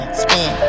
spin